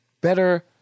better